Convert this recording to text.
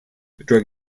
drug